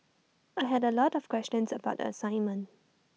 I had A lot of questions about assignment